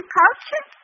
culture